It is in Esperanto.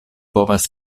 povas